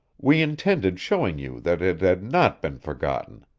we intended showing you that it had not been forgotten,